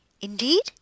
Indeed